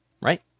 right